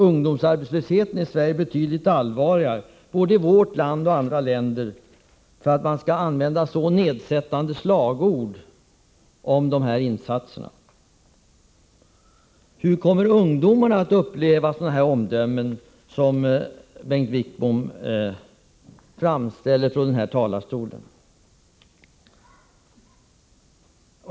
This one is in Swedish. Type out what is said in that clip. Ungdomsarbetslösheten är för allvarlig — både i vårt land och i andra länder — för att man skall använda så nedsättande slagord om de här insatserna. Hur kommer ungdomarna att uppleva sådana omdömen som Bengt Wittbom för fram från den här talarstolen?